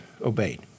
obeyed